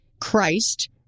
Christ